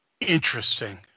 interesting